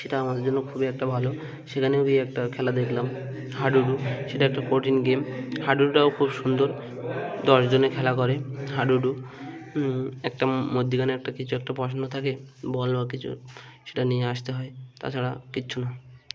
সেটা আমাদের জন্য খুবই একটা ভালো সেখানেও গিয়ে একটা খেলা দেখলাম হাডুডু সেটা একটা কঠিন গেম হাডুডুটাও খুব সুন্দর দশজনে খেলা করে হাডুডু একটা মধ্যিখানে একটা কিছু একটা বসানো থাকে বল বা কিছু সেটা নিয়ে আসতে হয় তাছাড়া কিচ্ছু না